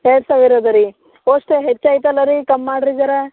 ಎರಡು ಸಾವಿರದು ರೀ ಒಷ್ಟ್ ಹೆಚ್ಚು ಐತಲ್ಲ ರೀ ಕಮ್ ಮಾಡ್ರಿ ಜರ